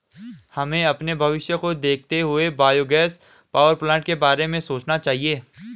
हमें अपने भविष्य को देखते हुए बायोगैस पावरप्लांट के बारे में सोचना चाहिए